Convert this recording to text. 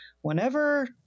whenever